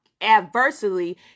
adversely